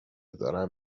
دارم